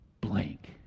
blank